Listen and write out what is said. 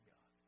God